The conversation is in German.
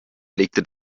legte